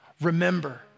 Remember